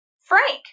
Frank